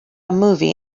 movie